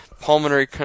pulmonary